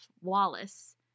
Wallace